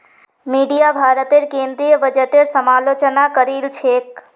media भारतेर केंद्रीय बजटेर समालोचना करील छेक